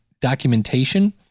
documentation